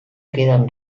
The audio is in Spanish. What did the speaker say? quedan